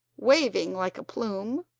waving like a plume,